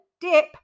dip